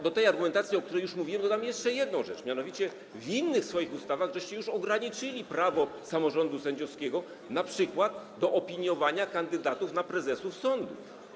Do tej argumentacji, o której już mówiłem, dodam jeszcze jedną rzecz, mianowicie w innych swoich ustawach już ograniczyliście prawo samorządu sędziowskiego np. do opiniowania kandydatów na prezesów sądów.